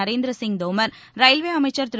Narendra Singh Tomar railway அமைச்சர் திரு